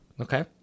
okay